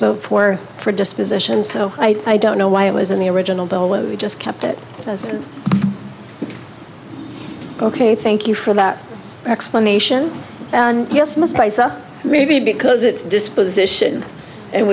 vote for for disposition so i don't know why it was in the original bill where we just kept it as it's ok thank you for that explanation maybe because it's disposition and